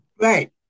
Right